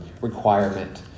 requirement